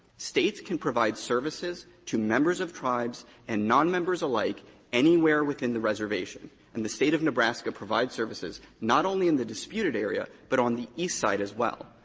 states can provide services to members of tribes and nonmembers alike anywhere within the reservation. and the state of nebraska provides services not only in the disputed area but on the east side as well.